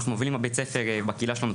אנחנו מובילים בבית ספר בקהילה שלנו,